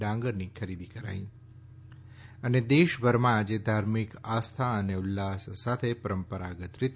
ડાંગરની ખરીદી કરાઈ દેશભરમાં આજે ધાર્મિક આસ્થા અને ઉલ્લાસ સાથે પરંપરાગત રીતે